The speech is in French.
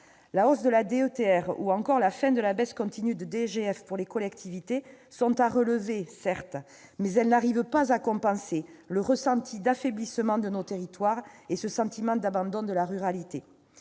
La hausse de la DETR ou encore la fin de la baisse continue de la DGF pour les collectivités sont à relever certes, mais elles n'arrivent pas à compenser le ressenti d'affaiblissement de nos territoires et le sentiment d'abandon de la ruralité.